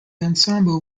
ensemble